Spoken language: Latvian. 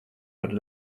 par